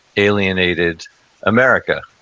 alienated america.